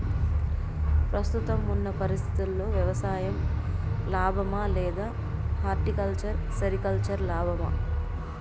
ప్రస్తుతం ఉన్న పరిస్థితుల్లో వ్యవసాయం లాభమా? లేదా హార్టికల్చర్, సెరికల్చర్ లాభమా?